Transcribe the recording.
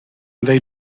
they